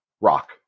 Rock